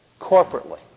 corporately